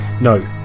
No